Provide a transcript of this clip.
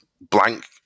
blank